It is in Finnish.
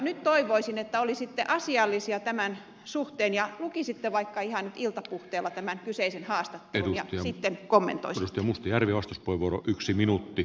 nyt toivoisin että olisitte asiallisia tämän suhteen ja lukisitte vaikka ihan iltapuhteella tämän kyseisen haastattelun ja sitten kommentoi suostumus järviosaston vuoro yksi kommentoisitte